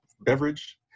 beverage